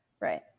Right